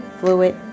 fluid